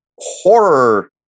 horror